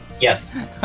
yes